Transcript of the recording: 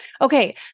Okay